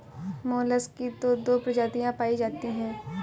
mollusc की तो दो प्रजातियां पाई जाती है